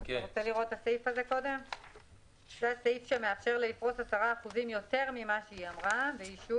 זה הסעיף שמאפשר לפרוס 10% יותר ממה שבזק אמרה,